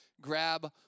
Grab